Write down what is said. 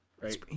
right